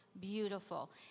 beautiful